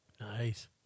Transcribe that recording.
Nice